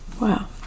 Wow